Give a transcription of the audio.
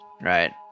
right